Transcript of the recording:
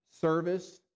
service